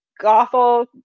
Gothel